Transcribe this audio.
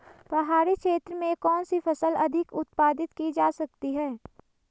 पहाड़ी क्षेत्र में कौन सी फसल अधिक उत्पादित की जा सकती है?